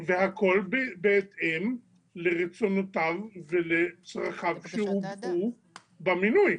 והכל בהתאם לרצונותיו ולצרכיו שהובעו במינוי.